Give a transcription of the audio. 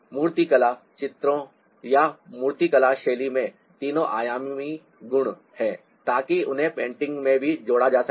मूर्तिकला चित्रों या मूर्तिकला शैली में तीन आयामी गुण हैं ताकि उन्हें पेंटिंग में भी जोड़ा जा सके